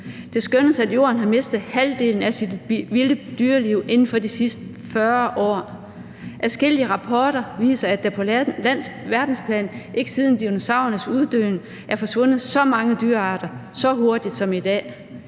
Det skønnes, at jorden har mistet halvdelen af sit vilde dyreliv inden for de sidste 40 år. Adskillige rapporter viser, at der på verdensplan ikke siden dinosaurernes uddøen er forsvundet så mange dyrearter så hurtigt som i dag.